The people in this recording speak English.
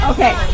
Okay